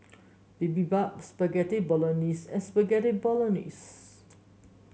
Bibimbap Spaghetti Bolognese and Spaghetti Bolognese